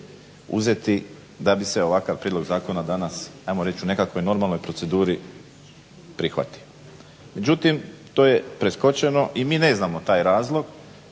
uzeti da bi se ovakav prijedlog zakona danas ajmo reći u nekakvoj normalnoj proceduri prihvati. Međutim to je preskočeno i mi ne znamo taj razlog